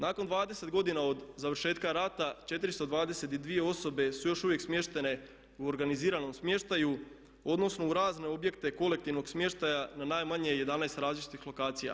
Nakon 20 godina od završetka rata 422 osobe su još uvijek smještene u organiziranom smještaju odnosno u razne objekte kolektivnog smještaja na najmanje 11 različitih lokacija.